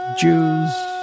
Jews